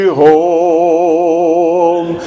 home